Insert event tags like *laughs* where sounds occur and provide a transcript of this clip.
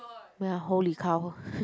well holy cow *laughs*